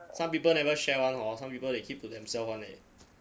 some people never share [one] orh some people they keep to themselves [one] leh